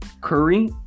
Curry